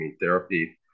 therapy